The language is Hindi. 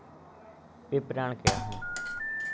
विपणन क्या है?